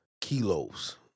kilos